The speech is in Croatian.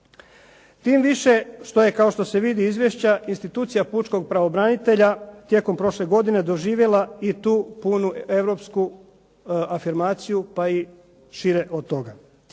Tim više što je kao što se vidi iz izvješća, institucija pučkog pravobranitelja tijekom prošle godine doživjela i tu punu europsku afirmaciju pa i šire od toga.